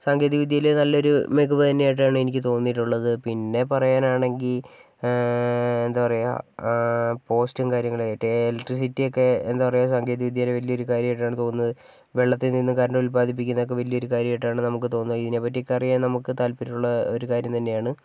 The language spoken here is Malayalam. സാങ്കേതിക വിദ്യയിൽ നല്ലൊരു മികവ് തന്നെയായിട്ടാണ് എനിക്ക് തോന്നിയിട്ടുള്ളത് പിന്നെ പറയാനാണെങ്കിൽ എന്താ പറയാ പോസ്റ്റും കാര്യങ്ങളു മറ്റേ എലക്ട്രിസിറ്റിയൊക്കേ എന്താ പറയാ സാങ്കേതിക വിദ്യയിലെ വലിയൊരു കാര്യമായിട്ടാണ് തോന്നുന്നത് വെള്ളത്തിൽ നിന്ന് കറൻറ്റ് ഉല്പാദിപ്പിക്കുന്നതൊക്കെ വലിയൊരു കാര്യമായിട്ടാണ് നമുക്ക് തോന്നുന്നത് ഇതിനെ പറ്റിയൊക്കെ അറിയാൻ നമുക്ക് താൽപര്യമുള്ള ഒരു കാര്യം തന്നെയാണ്